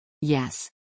Yes